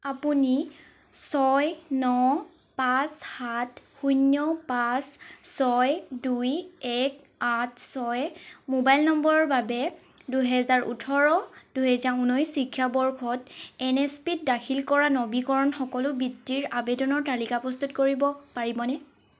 আপুনি ছয় ন পাঁচ সাত শূন্য পাঁচ ছয় দুই এক আঠ ছয় মোবাইল নম্বৰৰ বাবে দুহেজাৰ ওঠৰ দুহেজাৰ ঊনৈছ শিক্ষাবৰ্ষত এনএছপিত দাখিল কৰা নবীকৰণ সকলো বৃত্তিৰ আবেদনৰ তালিকা প্ৰস্তুত কৰিব পাৰিবনে